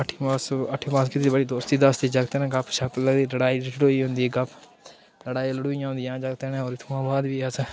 अठमीं पास अठमीं पास कीती बड़ी दोस्ती दास्ती जागतें ने गपशप लगदी लड़ाई लड़ूई होंदी गप लड़ाई लड़ूहियां होंदियां हां जागतें ने और इत्थुआं बाद भी अस